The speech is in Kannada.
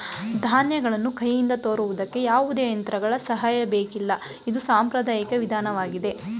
ಧಾನ್ಯಗಳನ್ನು ಕೈಯಿಂದ ತೋರುವುದಕ್ಕೆ ಯಾವುದೇ ಯಂತ್ರಗಳ ಸಹಾಯ ಬೇಕಿಲ್ಲ ಇದು ಸಾಂಪ್ರದಾಯಿಕ ವಿಧಾನವಾಗಿದೆ